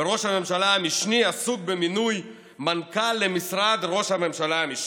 וראש הממשלה המשני עסוק במינוי מנכ"ל למשרד ראש הממשלה המשני.